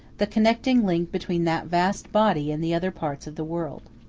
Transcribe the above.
the connecting link between that vast body and the other parts of the world.